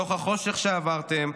מתוך החושך שעברתם,